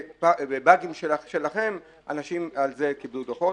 בבאגים שלכם אנשים על זה קיבלו דוחות.